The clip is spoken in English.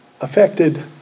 affected